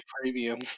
premium